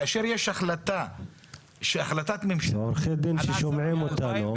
כאשר יש החלטה שהחלטת ממשלה --- עורכי דין ששומעים אותנו,